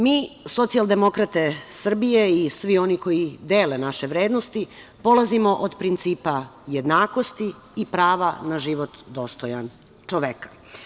Mi, socijaldemokrate Srbije, i svi oni koji dele naše vrednosti polazimo od principa jednakosti i prava na život dostojan čoveka.